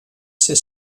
ser